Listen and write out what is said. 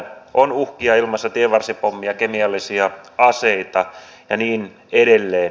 on uhkia ilmassa tienvarsipommeja kemiallisia aseita ja niin edelleen